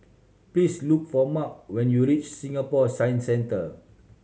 please look for Mark when you reach Singapore Science Centre